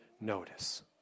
notice